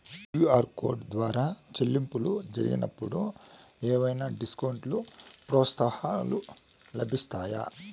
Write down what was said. QR code ద్వారా చెల్లింపులు జరిగినప్పుడు ఏవైనా డిస్కౌంట్ లు, ప్రోత్సాహకాలు లభిస్తాయా?